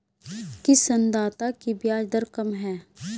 किस ऋणदाता की ब्याज दर कम है?